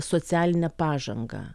socialine pažanga